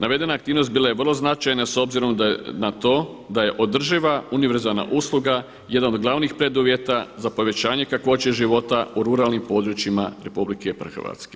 Navedena aktivnost bila je vrlo značajna s obzirom na to da je održiva univerzalna usluga jedan od glavnih preduvjeta za povećanje kakvoće života u ruralnim područjima RH.